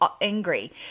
angry